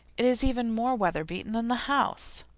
it is even more weather-beaten than the house.